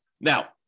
Now